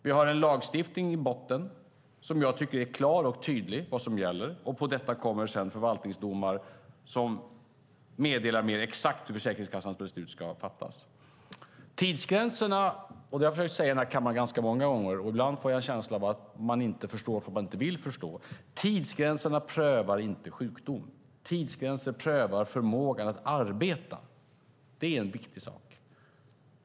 Vi har en lagstiftning i botten för vad som gäller som jag tycker är klar och tydlig. På detta kommer sedan förvaltningsdomar som meddelar mer exakt hur Försäkringskassans beslut ska fattas. Detta har jag försökt säga i den här kammaren ganska många gånger, och ibland får jag en känsla av att man inte förstår därför att man inte vill förstå: Tidsgränserna prövar inte sjukdom. Tidsgränser prövar förmågan att arbeta. Det är en viktig sak.